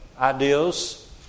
ideals